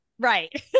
Right